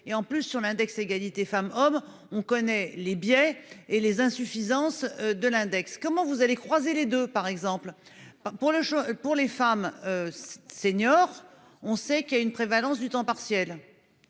et en plus sur l'index égalité femmes-hommes on connaît les billets et les insuffisances de l'index, comment vous allez croiser les deux par exemple. Pour le choc pour les femmes. Seniors. On sait qu'il y a une prévalence du temps partiel.